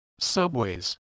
Subways